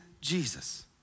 Jesus